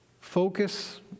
Focus